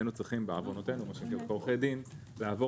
היינו צריכים בעוונותינו עורכי דין לעבור